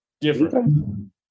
different